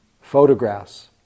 photographs